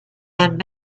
and